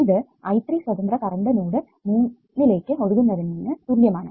ഇത് I 3 സ്വതന്ത്ര current node 3 ലേക്ക് ഒഴുക്കുന്നതിനു തുല്യമാണ്